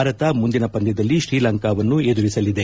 ಭಾರತ ಮುಂದಿನ ಪಂದ್ಯದಲ್ಲಿ ಶ್ರೀಲಂಕಾವನ್ನು ಎದುರಿಸಲಿದೆ